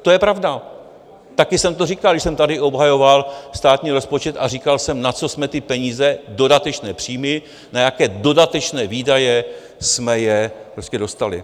To je pravda, taky jsem to říkal, když jsem tady obhajoval státní rozpočet a říkal jsem, na co jsme ty peníze, dodatečné příjmy, na jaké dodatečné výdaje jsme je dostali.